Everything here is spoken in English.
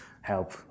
help